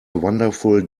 wonderful